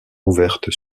ouverte